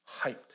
hyped